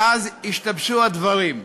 מאז השתבשו הדברים,